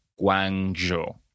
Guangzhou